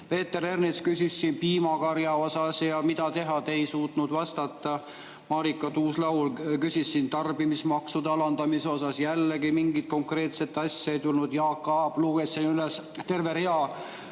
Peeter Ernits küsis siin piimakarja kohta, et mida teha, te ei suutnud vastata. Marika Tuus-Laul küsis tarbimismaksude alandamise kohta, jällegi mingit konkreetset [vastust] ei tulnud. Jaak Aab luges siin üles terve rea